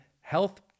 health